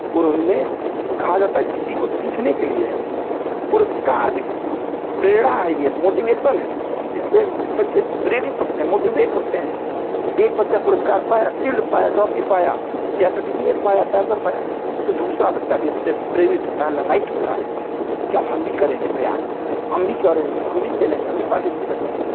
पूर्व में कहा जाता है किसी को सीखने के लिए पुरस्कार भी दें प्रेरणा है ये मोटिवेसन है जिससे बच्चे प्रेरित होते हैं मोटिवेट होते हैं एक बच्चा पुरस्कार पाया शील्ड पाया ट्राफी पाया या सर्टिफिकेट पाया या पैसा पाया तो दूसरा बच्चा भी उससे प्रेरित होता है लालायित होता है कि अब हम भी करेंगे प्रयास हम भी करेंगे हम भी खेलेंगे हम भी पार्टिसिपेट लेंगे